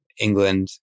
England